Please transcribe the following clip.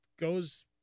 goes